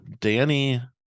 Danny